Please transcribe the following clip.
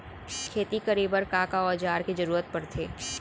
खेती करे बर का का औज़ार के जरूरत पढ़थे?